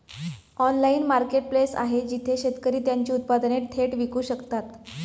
Online marketplace आहे जिथे शेतकरी त्यांची उत्पादने थेट विकू शकतात?